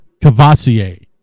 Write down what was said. Cavassier